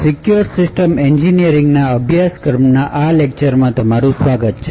secure system એન્જિનિયરિંગના અભ્યાસક્રમના આ લેક્ચરમાં તમારું સ્વાગત છે